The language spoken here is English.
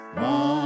One